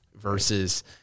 versus